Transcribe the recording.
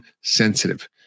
sensitive